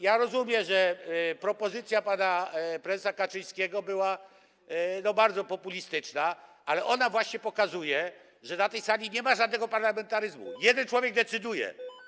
Ja rozumiem, że propozycja pana prezesa Kaczyńskiego była bardzo populistyczna, ale ona właśnie pokazuje, że na tej sali nie ma żadnego parlamentaryzmu, jeden człowiek decyduje.